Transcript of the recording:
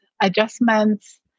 adjustments